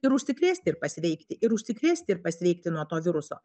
ir užsikrėsti ir pasveikti ir užsikrėsti ir pasveikti nuo to viruso